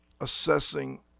assessing